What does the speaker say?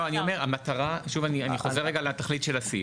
אני חוזר רגע לתכלית של הסעיף,